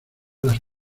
las